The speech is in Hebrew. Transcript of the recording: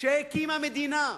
שהקימה מדינה.